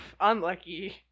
Unlucky